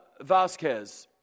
Vasquez